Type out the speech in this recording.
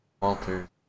Walter